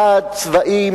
צעד צבאי,